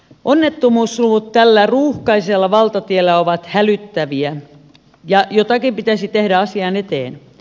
onnettomuusluvut tällä ruuhkaisella valtatiellä ovat hälyttäviä ja jotakin pitäisi tehdä asian eteen